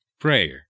Prayer